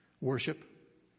Worship